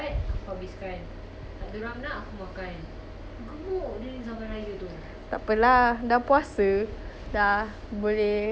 tak apa lah dah puasa dah boleh gain balik eh tanya ah what's your favourite kuih raya